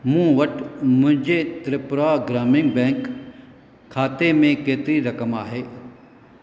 मूं वटि मुंहिंजे त्रिपुरा ग्रामीण बैंक खाते में केतिरी रक़म आहे